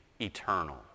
eternal